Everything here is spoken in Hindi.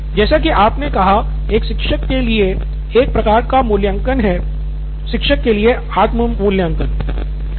नितिन कुरियन जैसा की आपने कहा यह शिक्षक के लिए एक प्रकार का मूल्यांकन है शिक्षक के लिए आत्म मूल्यांकन